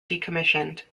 decommissioned